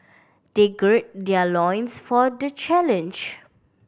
they girl their loins for the challenge